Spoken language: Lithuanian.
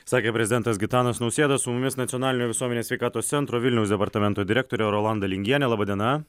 sakė prezidentas gitanas nausėda su mumis nacionalinio visuomenės sveikatos centro vilniaus departamento direktorė rolanda lingienė laba diena